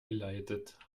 geleitet